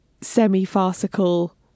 semi-farcical